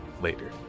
later